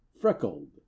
freckled